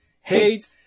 Hate